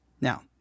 Now